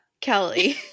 Kelly